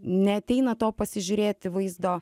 neateina to pasižiūrėti vaizdo